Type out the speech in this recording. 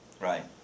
Right